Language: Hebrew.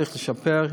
צריך לשפר,